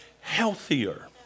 healthier